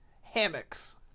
hammocks